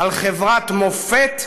על חברת מופת,